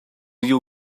you